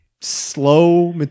slow